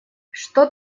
что